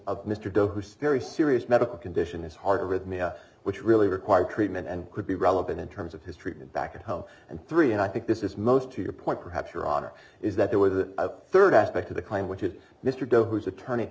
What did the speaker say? of mr dunn who serious serious medical condition his heart arrhythmia which really require treatment and could be relevant in terms of his treatment back at home and three and i think this is most to your point perhaps your honor is that there was a rd aspect of the crime which is mr de whose attorney